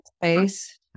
space